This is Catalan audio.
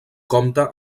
compta